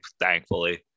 thankfully